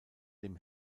dem